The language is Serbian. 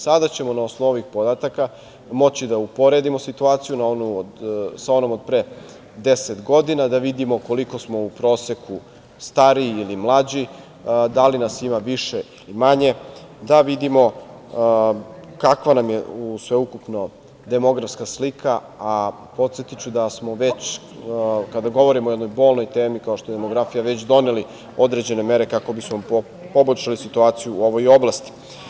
Sada ćemo, na osnovu onih podataka moći da uporedimo situaciju sa onom od pre 10 godina, da vidimo koliko smo u proseku stariji, ili mlađi, da li nas ima više ili manje, da vidimo kakva nam je sveukupno demografska slika, a podsetiću da smo već, kada govorimo o jednoj bolnoj temi, kao što je demografija, već doneli određene mere, kako bi smo poboljšali situaciju u ovoj oblasti.